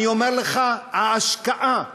אני אומר לך שההשקעה בכבישים,